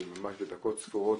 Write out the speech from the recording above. בדקות ספורות,